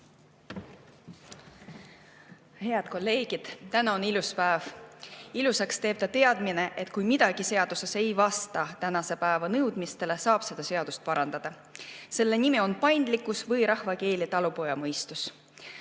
Head kolleegid! Täna on ilus päev. Ilusaks teeb selle teadmine, et kui midagi seadustes ei vasta tänase päeva nõudmistele, siis saab seadust parandada. Selle nimi on paindlikkus või rahva keeli talupojamõistus.